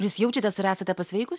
jūs jaučiatės ar esate pasveikus